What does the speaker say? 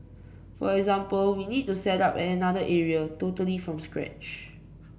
for example we need to set up at another area totally from scratch